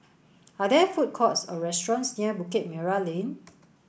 are there food courts or restaurants near Bukit Merah Lane